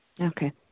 Okay